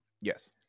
Yes